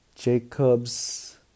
Jacob's